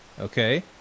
Okay